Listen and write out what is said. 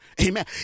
Amen